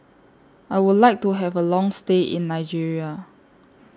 I Would like to Have A Long stay in Nigeria